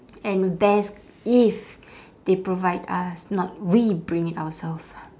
and best if they provide us not we bring it ourself